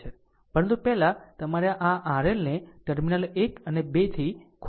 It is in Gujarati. પરંતુ પહેલા તમારે આ RLને ટર્મિનલ 1 અને 2 થી ખોલવું પડશે